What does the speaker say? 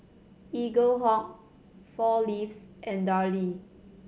Eaglehawk Four Leaves and Darlie